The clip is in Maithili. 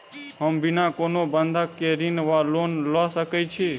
हम बिना कोनो बंधक केँ ऋण वा लोन लऽ सकै छी?